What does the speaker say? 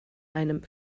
einem